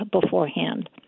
beforehand